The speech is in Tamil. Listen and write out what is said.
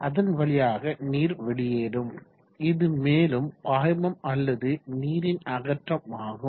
அதன் வழியாக நீர் வெளியேறும் இது மேலும் பாய்மம் அல்லது நீரின் அகற்றம் ஆகும்